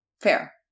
Fair